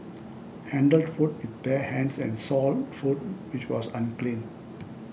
handled food with bare hands and sold food which was unclean